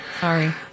Sorry